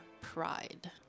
pride